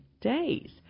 days